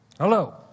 Hello